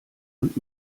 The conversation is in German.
und